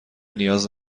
نیاز